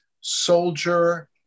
soldier